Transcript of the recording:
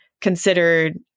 considered